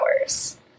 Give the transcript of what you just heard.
hours